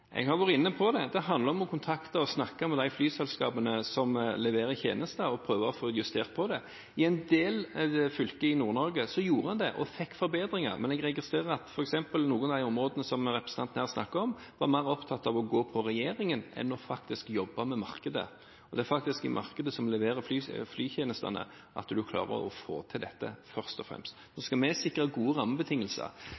Jeg har vært inne på det. Det handler om å kontakte og snakke med de flyselskapene som leverer tjenester, og prøve å få justert på det. I en del fylker i Nord-Norge gjorde en det og fikk forbedringer, men jeg registrerer at f.eks. noen i de områdene som representanten her snakker om, var mer opptatt av å gå på regjeringen enn å faktisk jobbe med markedet. Det er faktisk i markedet som leverer flytjenestene, at du klarer å få til dette først og fremst.